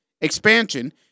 expansion